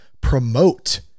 promote